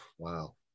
Wow